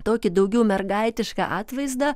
tokį daugiau mergaitišką atvaizdą